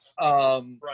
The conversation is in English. right